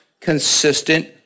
Consistent